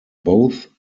both